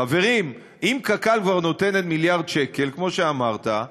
חברים, אם קק"ל כבר נותנת מיליארד שקל, כמו שאמרת,